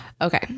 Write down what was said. Okay